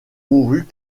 mourut